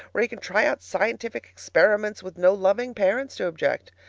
where he can try out scientific experiments with no loving parents to object.